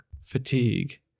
fatigue